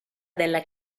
della